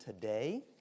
today